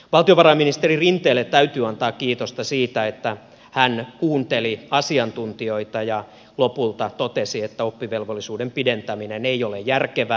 valtiovarainministeri rinteelle täytyy antaa kiitosta siitä että hän kuunteli asiantuntijoita ja lopulta totesi että oppivelvollisuuden pidentäminen ei ole järkevää